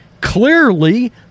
Clearly